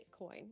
Bitcoin